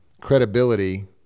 credibility